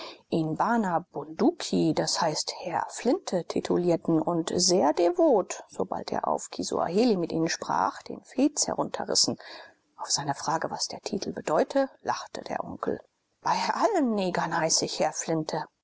bana bunduki d h herr flinte titulierten und sehr devot sobald er auf kisuaheli mit ihnen sprach den fez herunterrissen auf seine frage was der titel bedeute lachte der onkel bei allen negern heiße ich herr flinte